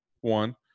one